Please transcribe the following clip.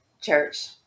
church